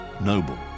noble